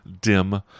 dim